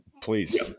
please